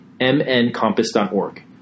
mncompass.org